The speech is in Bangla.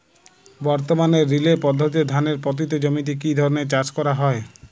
বর্তমানে রিলে পদ্ধতিতে ধানের পতিত জমিতে কী ধরনের চাষ করা হয়?